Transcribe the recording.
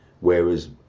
Whereas